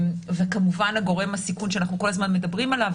וכמובן גורם הסיכון שאנחנו כל הזמן מדברים עליו,